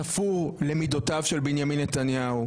תפור למידותיו של בנימין נתניהו,